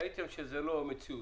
ראיתם שזה לא מציאותי,